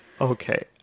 Okay